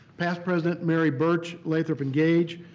past president mary burch, lathrop and gage,